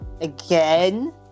again